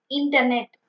internet